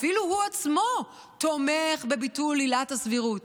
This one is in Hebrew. אפילו הוא עצמו תומך בביטול עילת הסבירות.